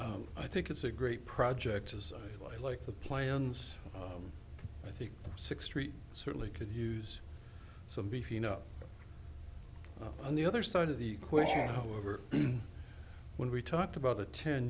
mean i think it's a great project as i like the plans i think six treat certainly could use some beefing up on the other side of the question however when we talked about a ten